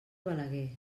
balaguer